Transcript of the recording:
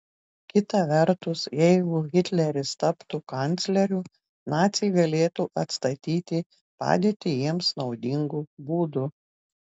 kita vertus jeigu hitleris taptų kancleriu naciai galėtų atstatyti padėtį jiems naudingu būdu